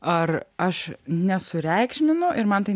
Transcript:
ar aš nesureikšminu ir man tai